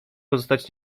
pozostać